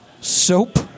Soap